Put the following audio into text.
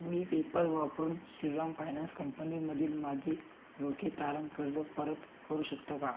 मी PayPal वापरून Shriram finance कंपनीमधील माझे रोखे तारण कर्जं परत करू शकतो का